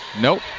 Nope